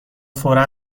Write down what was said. فورا